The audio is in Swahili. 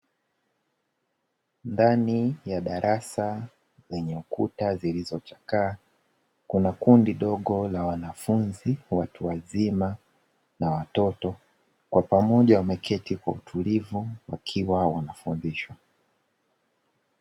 Ndani ya darasa lenye kuta zilizochakaa kuna kundi dogo la wanafunzi watu wazima na watoto. Kwa pamoja wameketi kwa utulivu wakiwa wanafundishwa.